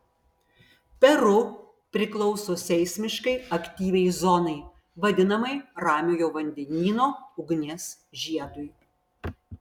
peru priklauso seismiškai aktyviai zonai vadinamai ramiojo vandenyno ugnies žiedui